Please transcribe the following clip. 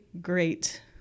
great